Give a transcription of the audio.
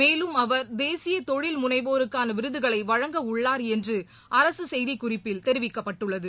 மேலும் தேசியதொழில் முனைவோருக்கானவிருதுகளைவழங்கவுள்ளாா் என்றுஅரசுசெய்திகுறிப்பில் தெரிவிக்கப்பட்டுள்ளது